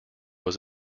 was